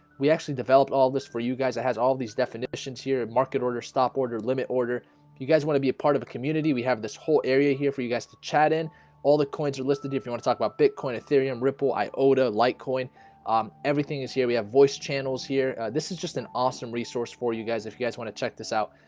we actually developed all this for you guys it has all these definitions here a market order stop order limit order you guys want to be a part of a community we have this whole area here for you guys to chat in all the coins are listed if you want to talk about bitcoin aetherium ripple iota like litecoin um everything is here. we have voice channels here. this is just an awesome resource for you guys if you guys want to check this out